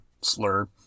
slur